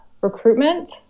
recruitment